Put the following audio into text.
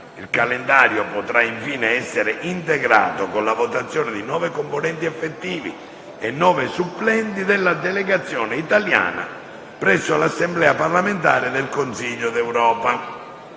Il calendario potrà, infine, essere integrato con la votazione di nove componenti effettivi e nove supplenti della delegazione italiana presso l'Assemblea parlamentare del Consiglio d'Europa.